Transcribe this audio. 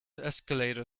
escalator